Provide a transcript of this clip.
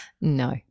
No